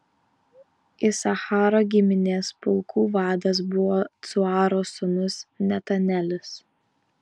isacharo giminės pulkų vadas buvo cuaro sūnus netanelis